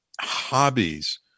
Hobbies